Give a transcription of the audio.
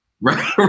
Right